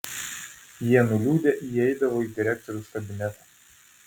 jie nuliūdę įeidavo į direktoriaus kabinetą